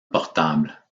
portable